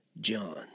John